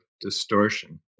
distortion